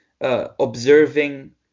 observing